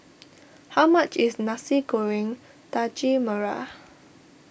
how much is Nasi Goreng Daging Merah